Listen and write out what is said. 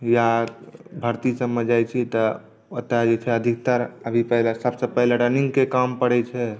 या भरती सबमे जाइ छी तऽ ओतऽ जे छै अधिकतर अभी पहिने सबसँ पहिने रनिङ्गके काम पड़ै छै